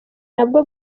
nabwo